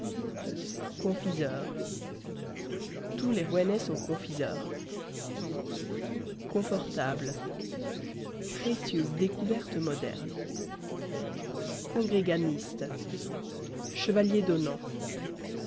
confiseurs tous les rouennais sont confiseurs confortable précieuse découverte moderne congréganiste chevalier d'onan